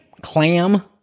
Clam